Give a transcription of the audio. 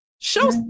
show